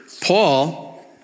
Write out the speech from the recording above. Paul